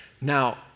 Now